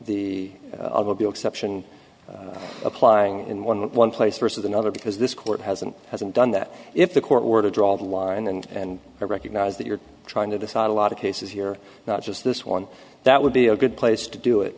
bill exception applying in one one place versus another because this court hasn't hasn't done that if the court were to draw the line and recognize that you're trying to decide a lot of cases here not just this one that would be a good place to do it